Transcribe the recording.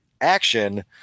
action